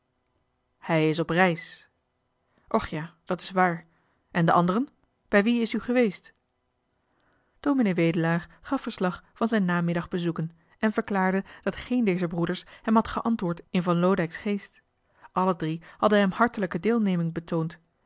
hij is op reis och ja dat is waar en de anderen bij wie is u geweest johan de meester de zonde in het deftige dorp ds wedelaar gaf verslag van zijn namiddagbezoeken en verklaarde dat geen dezer broeders hem had geantwoord in van loodijck's geest alle drie hadden hem hartelijke deelneming betoond